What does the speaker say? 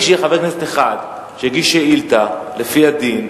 מספיק שיהיה חבר כנסת אחד שהגיש שאילתא לפי הדין,